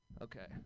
Okay